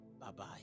Bye-bye